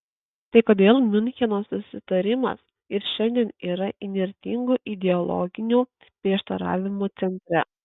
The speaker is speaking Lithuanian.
tai kodėl miuncheno susitarimas ir šiandien yra įnirtingų ideologinių prieštaravimų centre